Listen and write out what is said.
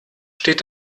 steht